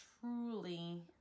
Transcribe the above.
truly